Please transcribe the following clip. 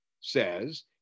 says